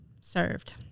Served